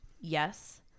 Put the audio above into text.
yes